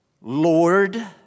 Lord